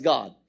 God